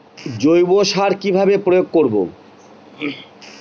জৈব সার কি ভাবে প্রয়োগ করব?